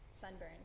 sunburn